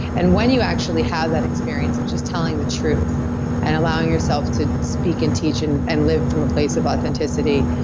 and when you actually have that experience, which is telling the truth and allowing yourself to speak, and teach, and and live from a place of authenticity,